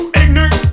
ignorant